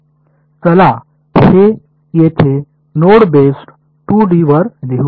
चला हे येथे नोड बेस्ड 2D वर लिहू